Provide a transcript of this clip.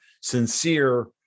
sincere